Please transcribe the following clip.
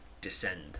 descend